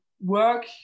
work